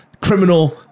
criminal